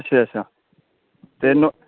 अच्छा अच्छा ते